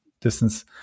distance